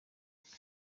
henry